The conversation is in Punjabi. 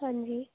ਹਾਂਜੀ